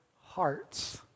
hearts